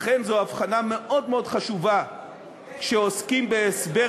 אכן זו הבחנה מאוד מאוד חשובה כשעוסקים בהסבר